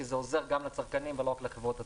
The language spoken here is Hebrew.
כי זה עוזר גם לצרכנים ולא רק לחברות התעופה.